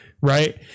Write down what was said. right